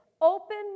open